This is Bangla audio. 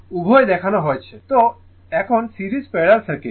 সুতরাং এখন সিরিজ প্যারালাল সার্কিট